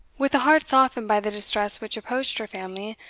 with a heart softened by the distress which approached her family,